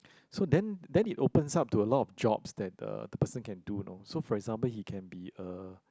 so then then it opens up to a lot of jobs that the person can do you know so for example he can be a